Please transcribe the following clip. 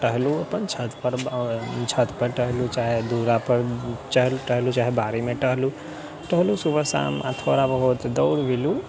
टहलू अपन छतपर छतपर टहलू चाहे दूरापर चलू टहलू चाहे बारीमे टहलू टहलू सुबह शाम आ थोड़ा बहुत दौड़ भी लू